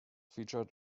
featured